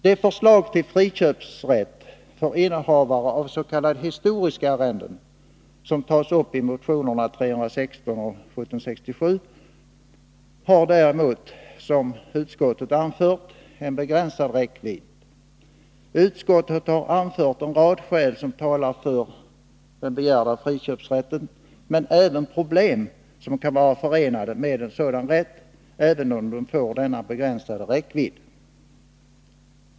Det förslag till friköpsrätt för innehavare av s.k. historiska arrenden som framförs i motionerna 316 och 1767 har däremot, som utskottet anfört, en begränsad räckvidd. Utskottet har anfört en rad skäl som talar för den begärda friköpsrätten men även problem som kan vara förenade med en sådan rätt även om den får denna begränsade räckvidd.